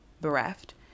bereft